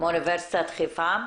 מאוניברסיטת חיפה.